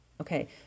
okay